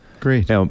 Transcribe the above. great